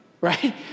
right